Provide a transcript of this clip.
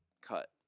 cut